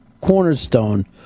cornerstone